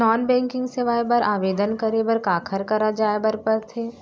non banking सेवाएं बर आवेदन करे बर काखर करा जाए बर परथे